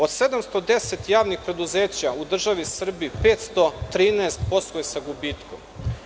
Od 710 javnih preduzeća u državi Srbiji 513 posluje sa gubitkom.